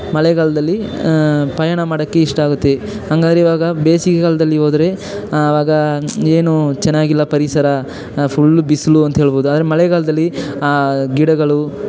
ಮಳೆಗಾಲದಲ್ಲಿ ಪಯಣ ಮಾಡೋಕ್ಕೆ ಇಷ್ಟ ಆಗುತ್ತೆ ಹಂಗಾದ್ರೆ ಈವಾಗ ಬೇಸಿಗೆ ಕಾಲದಲ್ಲಿ ಹೋದ್ರೆ ಆವಾಗ ಏನೂ ಚೆನ್ನಾಗಿಲ್ಲ ಪರಿಸರ ಫುಲ್ ಬಿಸಿಲು ಅಂತ ಹೇಳ್ಬಹುದು ಆದರೆ ಮಳೆಗಾಲದಲ್ಲಿ ಗಿಡಗಳು